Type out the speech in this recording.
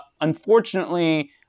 Unfortunately